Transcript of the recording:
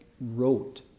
wrote